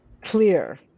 clear